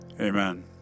amen